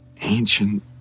ancient